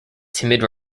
timid